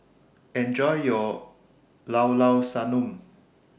Enjoy your Llao Llao Sanum